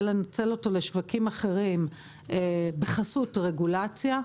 לנצל אותו לשווקים אחרים בחסות רגולציה.